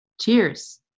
cheers